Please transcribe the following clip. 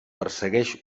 persegueix